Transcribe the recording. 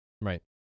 Right